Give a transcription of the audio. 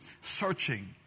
searching